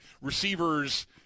receivers